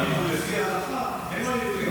גם אם לפי ההלכה אינו יהודי.